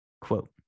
Quote